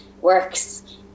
works